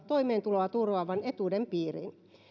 toimeentuloa turvaavan etuuden piiriin